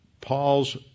Paul's